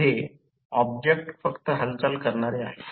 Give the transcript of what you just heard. मी I 0 दुर्लक्ष करीत आहे